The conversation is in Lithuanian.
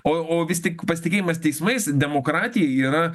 o o vis tik pasitikėjimas teismais demokratijai yra